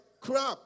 crap